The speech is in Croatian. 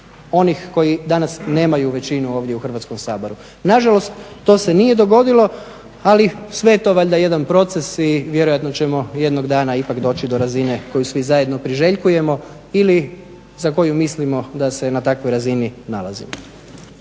onih koji danas nemaju većinu ovdje u Hrvatskom saboru. Nažalost to se nije dogodilo ali sve je to valjda jedan proces i vjerojatno ćemo jednog dana ipak doći do razine koju svi zajedno priželjkujemo ili za koju mislimo da se na takvoj razini nalazi.